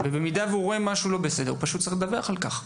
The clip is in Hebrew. ובמידה שהוא רואה משהו לא בסדר הוא פשוט צריך לדווח על כך.